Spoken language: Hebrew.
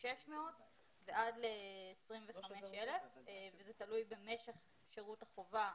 מ-6,600 שקלים עד ל-25,000 שקלים וזה תלוי במשך שירות החובה,